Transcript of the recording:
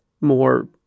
more